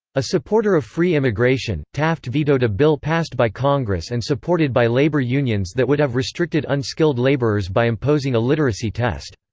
a supporter of free immigration, taft vetoed a bill passed by congress and supported by labor unions that would have restricted unskilled laborers by imposing a literacy test.